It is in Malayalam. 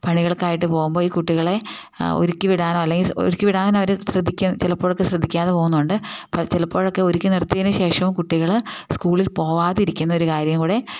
പണികൾക്കായിട്ട് പോകുമ്പോൾ ഈ കുട്ടികളെ ആ ഒരുക്കി വിടാനോ അല്ലെങ്കിൽ ഒരുക്കി വിടാൻ അവർ ശ്രദ്ധിക്കുക ചിലപ്പോഴൊക്കെ ശ്രദ്ധിക്കാതെ പോകുന്നുണ്ട് അപ്പം ചിലപ്പോഴൊക്കെ ഒരുക്കി നിർത്തിയതിന് ശേഷവും കുട്ടികൾ സ്കൂളിൽ പോവാതിരിക്കുന്ന ഒരു കാര്യം കൂടെ